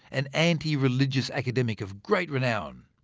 an antireligious academic of great renown.